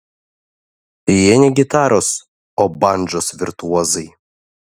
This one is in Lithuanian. jie ne gitaros o bandžos virtuozai